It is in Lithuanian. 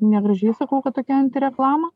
negražiai sakau kad tokia antireklama